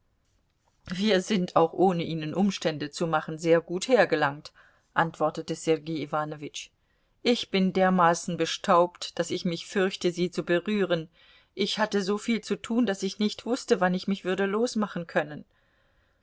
wir sind auch ohne ihnen umstände zu machen sehr gut hergelangt antwortete sergei iwanowitsch ich bin dermaßen bestaubt daß ich mich fürchte sie zu berühren ich hatte so viel zu tun daß ich nicht wußte wann ich mich würde losmachen können